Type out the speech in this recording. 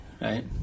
right